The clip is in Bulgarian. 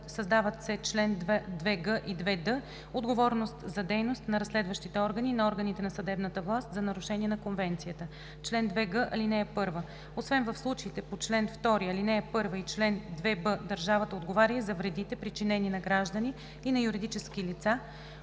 Създават се членове 2г и 2д: „Отговорност за дейност на разследващите органи и органите на съдебната власт за нарушения на Конвенцията. Чл. 2г. (1) Освен в случаите по чл. 2, ал. 1 и чл. 2б държавата отговаря и за вредите, причинени на граждани и на юридически лица